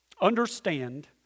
Understand